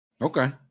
Okay